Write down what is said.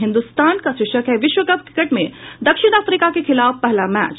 हिन्दुस्तान का शीर्षक है विश्वकप क्रिकेट में दक्षिण अफ्रिका के खिलाफ पहला मैच